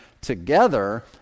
together